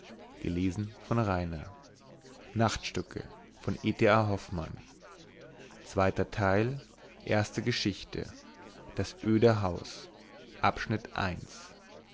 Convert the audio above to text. das öde haus